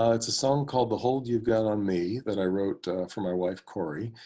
ah it's a song called the hold you've got on me that i wrote for my wife corey.